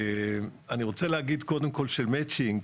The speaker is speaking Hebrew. ואני רוצה להגיד קודם כל שמצ'ינג,